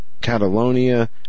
Catalonia